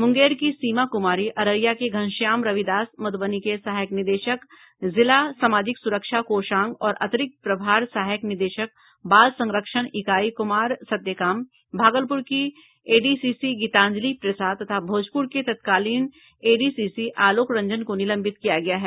मुंगेर की सीमा कुमारी अररिया के घनश्याम रविदास मधुबनी के सहायक निदेशक जिला सामाजिक सुरक्षा कोषांग और अतिरिक्त प्रभार सहायक निदेशक बाल संरक्षण इकाई कुमार सत्यकाम भागलपुर की एडीसीसी गीतांजलि प्रसाद तथा भोजपुर के तत्कालीन एडीसीसी आलोक रंजन को निलंबित किया गया है